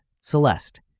Celeste